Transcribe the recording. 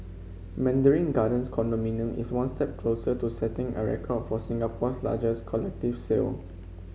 mandarin Gardens condominium is one step closer to setting a record for Singapore's largest collective sale